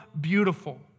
beautiful